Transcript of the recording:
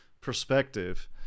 perspective